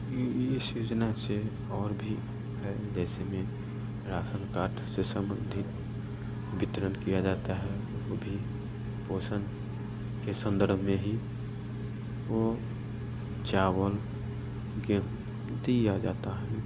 ये इस योजना से और भी है जैसे में रासन काट से सम्बंधित वितरण किया जाता है वो भी पोषण के संदर्भ में ही वो चावल गेहूँ दिया जाता है